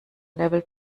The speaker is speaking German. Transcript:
level